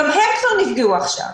גם הם כבר נפגעו עכשיו.